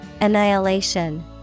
Annihilation